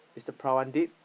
Mr-Parvati